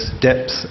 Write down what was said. depth